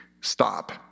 stop